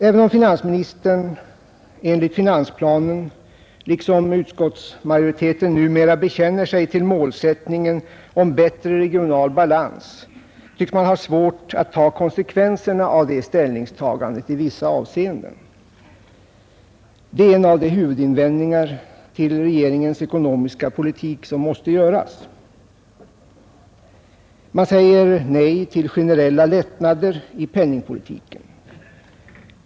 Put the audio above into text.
Även om finansministern enligt finansplanen, liksom utskottsmajoriteten numera, bekänner sig till målsättningen om bättre regional balans tycks man ha svårt att ta konsekvenserna av det ställningstagandet i vissa avseenden. Det är en av de huvudinvändningar mot regeringens ekonomiska politik som måste göras. Man säger nej till generella lättnader i penningpolitiken.